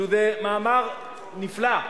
שזה מאמר נפלא,